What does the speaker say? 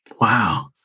Wow